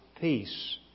peace